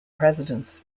president